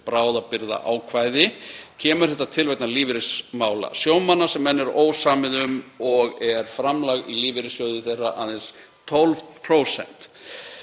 bráðabirgðaákvæði. Kemur þetta til vegna lífeyrismála sjómanna sem enn er ósamið um og er framlag í lífeyrissjóði þeirra aðeins 12%.